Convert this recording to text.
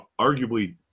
arguably